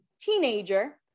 teenager